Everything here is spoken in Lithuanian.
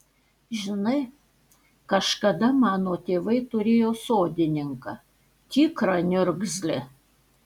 žinai kažkada mano tėvai turėjo sodininką tikrą niurgzlį